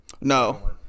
No